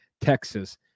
Texas